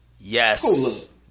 yes